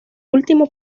último